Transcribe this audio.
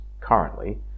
currently